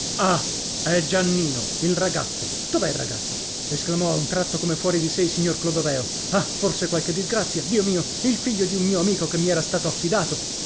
ah è giannino il ragazzo dov'è il ragazzo esclamò a un tratto come fuori di sé il signor clodoveo ah forse qualche disgrazia dio mio il figlio di un mio amico che mi era stato affidato